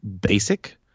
basic